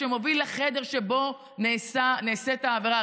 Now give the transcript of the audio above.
שמוביל לחדר שבו נעשית העבירה.